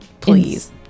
Please